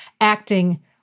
acting